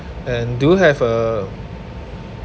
and do you have a